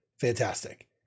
Fantastic